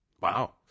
Wow